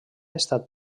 estat